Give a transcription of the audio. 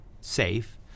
safe